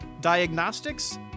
diagnostics